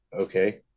okay